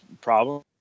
problem